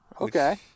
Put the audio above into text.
Okay